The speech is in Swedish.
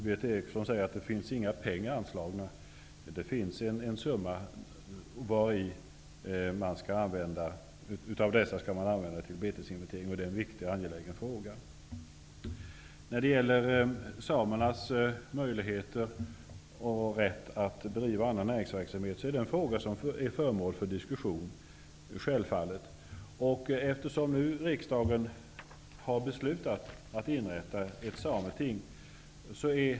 Berith Eriksson säger att det inte finns några pengar anslagna till detta. Det finns en summa pengar varav en del skall användas till betesinventering. Det är en viktig och angelägen fråga. Frågan om samernas rätt och möjlighet att driva annan näringsverksamhet är föremål för diskussion. Riksdagen har beslutat att inrätta ett sameting.